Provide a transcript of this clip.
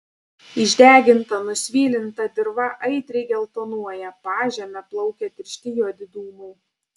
išdeginta nusvilinta dirva aitriai geltonuoja pažeme plaukia tiršti juodi dūmai